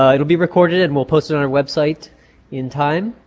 ah it'll be recorded and we'll post it on our website in time.